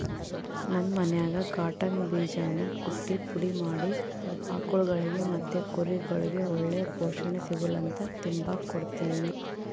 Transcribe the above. ನಮ್ ಮನ್ಯಾಗ ಕಾಟನ್ ಬೀಜಾನ ಕುಟ್ಟಿ ಪುಡಿ ಮಾಡಿ ಆಕುಳ್ಗುಳಿಗೆ ಮತ್ತೆ ಕುರಿಗುಳ್ಗೆ ಒಳ್ಳೆ ಪೋಷಣೆ ಸಿಗುಲಂತ ತಿಂಬಾಕ್ ಕೊಡ್ತೀವಿ